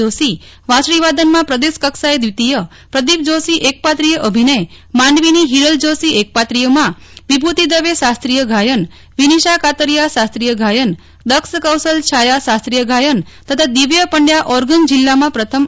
જેષી વાંસળીવાદનમાં પ્રદેશકક્ષાએ દ્વિતીય પ્રદીપ જોષી એકપાત્રીય અભિનય માંડવીની ફીરલ જોષી એકપાત્રીયમાં વિભૂતિ દવે શાત્રીય ગાયન વિનિશા કાતરીઆ શાત્રીય ગાયન દક્ષ કૌશલ છાયા શાત્રીય ગાયન તથા દિવ્ય પંડયા ઓર્ગન જિલ્લામાં પ્રથમ આવ્યા છે